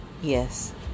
Yes